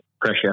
pressure